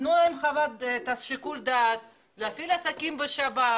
שתיתנו שיקול דעת להפעיל עסקים בשבת,